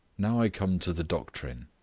now i come to the doctrine.